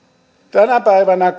tänä päivänä